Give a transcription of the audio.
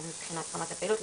מבחינת רמת הפעילות,